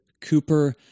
Cooper